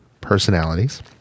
personalities